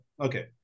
Okay